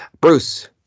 Bruce